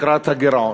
תקרת הגירעון,